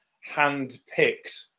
hand-picked